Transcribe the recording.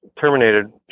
terminated